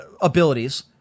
abilities